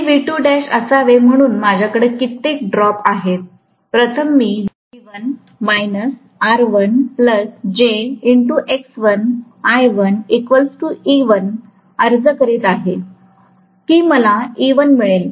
हेअसावे म्हणून माझ्या कडे कित्येक ड्रॉप आहेत प्रथम मीअर्ज करीत आहे की मला E1 मिळेल